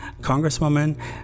Congresswoman